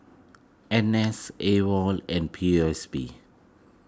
N S Awol and P O S B